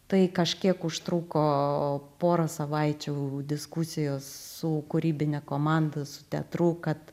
tai kažkiek užtruko porą savaičių diskusijos su kūrybine komanda su teatru kad